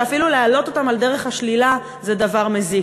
אפילו להעלות אותם על דרך השלילה זה דבר מזיק,